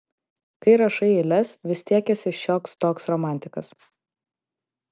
kai rašai eiles vis tiek esi šioks toks romantikas